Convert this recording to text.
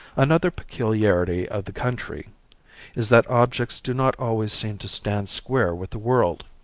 another peculiarity of the country is that objects do not always seem to stand square with the world.